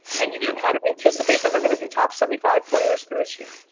and you can kind of anticipate that they're going to do top seventy five players for this year.